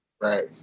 Right